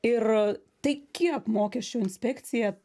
ir tai kiek mokesčių inspekcija